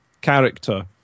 character